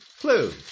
clue